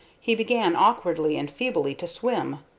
he began, awkwardly and feebly, to swim.